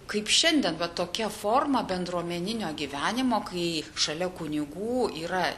kaip šiandien vat tokia forma bendruomeninio gyvenimo kai šalia kunigų yra